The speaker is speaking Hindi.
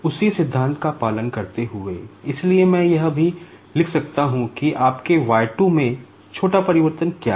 उसी सिद्धांत का पालन करते हुए इसलिए मैं यह भी लिख सकता हूं कि आपके y 2 में छोटा परिवर्तन क्या है